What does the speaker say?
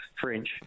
French